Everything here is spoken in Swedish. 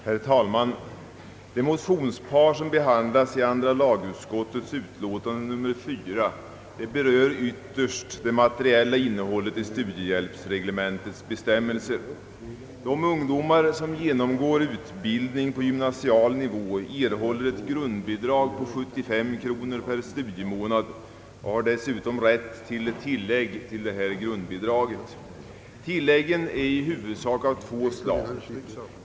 Herr talman! Det motionspar, som behandlas i andra lagutskottets utlåtande nr 4, berör ytterst det materiella innehållet i studiehjälpsreglementets bestämmelser. De ungdomar, som genomgår utbildning på gymnasial nivå, erhåller ett grundbidrag om 75 kronor per studiemånad och har dessutom rätt till tillägg till detta grundbidrag. Tilläggen är i huvudsak av två slag.